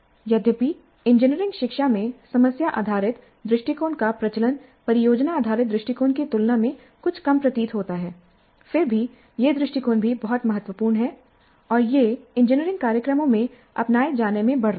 यद्यपि इंजीनियरिंग शिक्षा में समस्या आधारित दृष्टिकोण का प्रचलन परियोजना आधारित दृष्टिकोण की तुलना में कुछ कम प्रतीत होता है फिर भी यह दृष्टिकोण भी बहुत महत्वपूर्ण है और यह इंजीनियरिंग कार्यक्रमों में अपनाए जाने में बढ़ रहा है